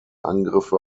angriffe